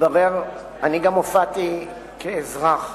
אני גם הופעתי כאזרח